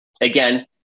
Again